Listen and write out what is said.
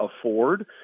afford